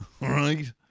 right